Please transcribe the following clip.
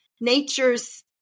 nature's